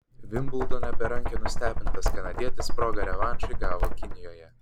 vimbldone berankio nustebintas kanadietis progą revanšui gavo kinijoje